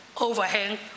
overhang